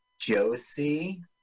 Josie